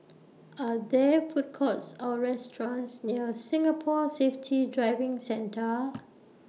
Are There Food Courts Or restaurants near Singapore Safety Driving Centre